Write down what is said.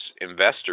investors